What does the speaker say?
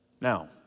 now